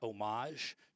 homage